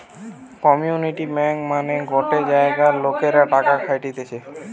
community bank মানে গটে জায়গার লোকরা টাকা খাটতিছে